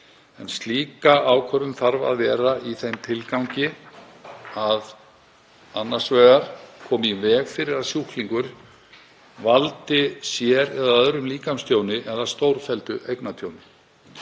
Slík ákvörðun þarf að vera í þeim tilgangi að annars vegar koma í veg fyrir að sjúklingur valdi sér eða öðrum líkamstjóni eða stórfelldu eignatjóni,